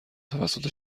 توسط